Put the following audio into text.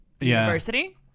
university